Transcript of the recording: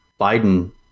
Biden